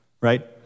right